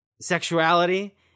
sexuality